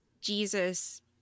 Jesus